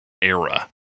era